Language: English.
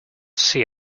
see